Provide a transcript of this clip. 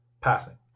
passing